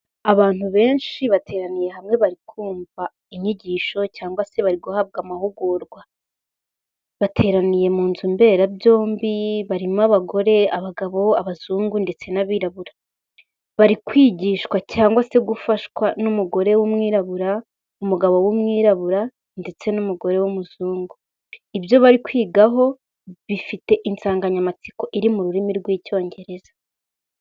Abantu benshi bateraniye hamwe bari kumva inyigisho cyangwa se bari guhabwa amahugurwa bateraniye mu nzu mberabyombi, barimo abagore, abagabo, abazungu ndetse n'abirabura, bari kwigishwa cyangwa se gufashwa n'umugore w'umwirabura, umugabo w'umwirabura, ndetse n'umugore w'umuzungu. Ibyo bari kwigaho bifite insanganyamatsiko iri mu rurimi rw'icyongereza.